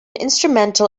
instrumental